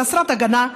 חסרת הגנה,